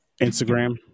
Instagram